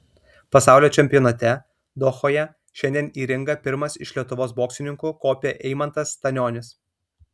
pasaulio čempionate dohoje šiandien į ringą pirmas iš lietuvos boksininkų kopė eimantas stanionis